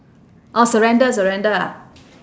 orh surrender surrender ah